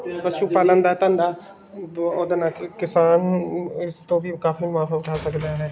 ਪਸ਼ੂ ਪਾਲਣ ਦਾ ਧੰਦਾ ਵ ਉਹਦਾ ਨਾ ਕਿ ਕਿਸਾਨ ਇਸ ਤੋਂ ਵੀ ਕਾਫੀ ਮੁਨਾਫਾ ਉਠਾ ਸਕਦਾ ਹੈ